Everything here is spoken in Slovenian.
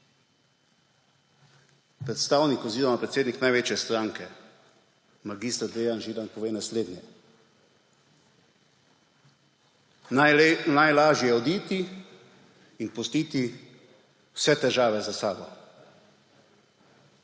Predstavnik oziroma predsednik največje stranke mag. Dejan Židan, pove naslednje: »Najlažje je oditi in pustiti vse težave za sabo.«